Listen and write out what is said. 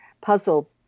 puzzle